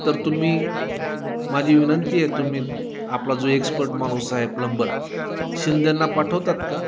तर तुम्ही माझी विनंती आहे तुम्ही आपला जो एक्सपर्ट माणूस आहे प्लंबर शिंद्यांना पाठवतात का